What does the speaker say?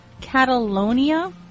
Catalonia